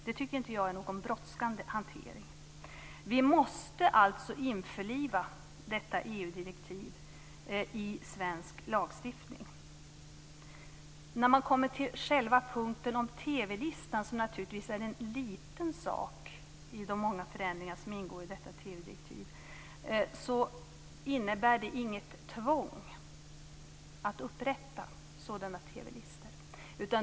Det tycker inte jag är någon brådskande hantering. Vi måste införliva detta EU När man kommer till själva punkten om TV listan, som är en liten sak i de många förändringar som ingår i detta TV-direktiv, innebär den inget tvång att upprätta sådana TV-listor.